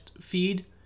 feed